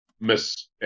miss